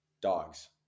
Dogs